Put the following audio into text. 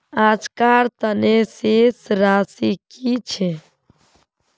आजकार तने शेष राशि कि छे?